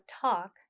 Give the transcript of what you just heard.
talk